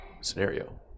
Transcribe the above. scenario